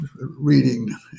reading